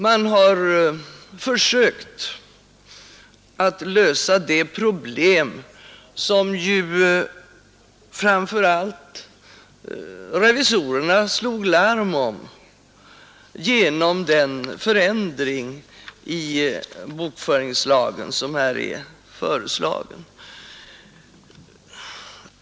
Man har försökt att lösa det problem som ju framför allt revisorerna slog larm om genom den förändring i bokföringslagen som här är föreslagen.